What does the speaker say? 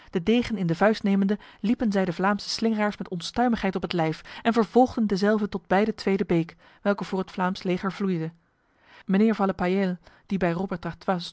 de degen in de vuist nemende liepen zij de vlaamse slingeraars met onstuimigheid op het lijf en vervolgden dezelve tot bij de tweede beek welke voor het vlaams leger vloeide mijnheer valepaiële die bij robert